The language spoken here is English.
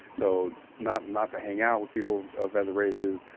so, not, not to hang out with people of other races.